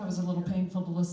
they was a little painful